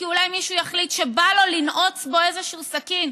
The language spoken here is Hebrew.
כי אולי מישהו יחליט שבא לו לנעוץ בו איזשהו סכין,